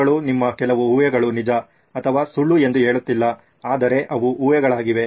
ಇವುಗಳು ನಿಮ್ಮ ಕೆಲವು ಊಹೆಗಳು ನಿಜ ಅಥವಾ ಸುಳ್ಳು ಎಂದು ಹೇಳುತ್ತಿಲ್ಲ ಆದರೆ ಅವು ಊಹೆಗಳಾಗಿವೆ